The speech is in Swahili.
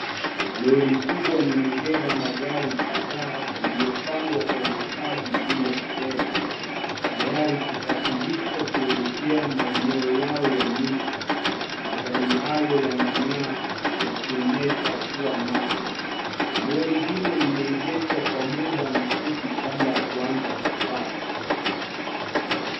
Lori kubwa limebeba magari kadhaa yaliyopangwa kwa ustadi juu ya trela tayari kusafirishwa kuelekea maeneo yao ya mwisho . Magari hayo yanang'aa yakionyesha kuwa mapya na lori hilo limeegeshwa kwa mda mfupi kabla ya kuanza safari.